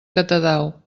catadau